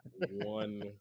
one